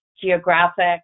geographic